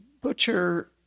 butcher